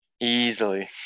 Easily